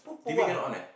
T_V cannot on eh